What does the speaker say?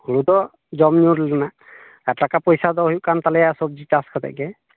ᱦᱩᱲᱩ ᱫᱚ ᱡᱚᱢ ᱧᱩ ᱨᱮᱱᱟᱜ ᱟᱨ ᱴᱟᱠᱟ ᱯᱚᱭᱥᱟ ᱫᱚ ᱦᱩᱭᱩᱜ ᱠᱟᱱ ᱛᱟᱞᱮᱭᱟ ᱥᱚᱵᱽᱡᱤ ᱪᱟᱥ ᱠᱟᱛᱮᱜᱮ